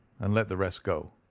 and let the rest go.